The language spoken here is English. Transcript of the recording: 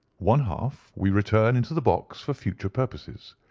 one half we return into the box for future purposes.